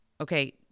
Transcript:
okay